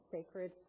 Sacred